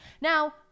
Now